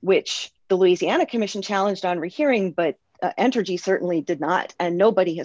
which the louisiana commission challenged on rehearing but entergy certainly did not and nobody has